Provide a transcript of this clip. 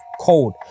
code